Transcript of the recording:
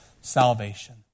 salvation